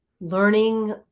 learning